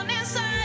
inside